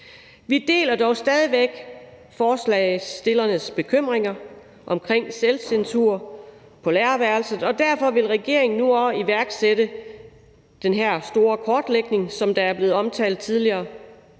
Vi deler dog stadig væk forslagsstillernes bekymringer om selvcensur på lærerværelset, og derfor vil regeringen nu også iværksætte den her store kortlægning, som er blevet omtalt tidligere,